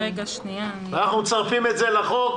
אנחנו מצרפים את זה לחוק.